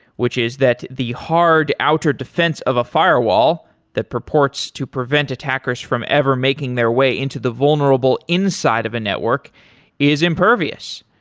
which is that the hard outer defense of a firewall that purports to prevent attackers from ever making their way into the vulnerable inside of a network is impervious.